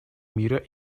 мира